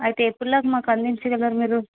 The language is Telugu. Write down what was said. అయితే ఎప్పటిలోపు మాకు అందించగలరు మీరు